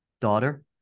daughter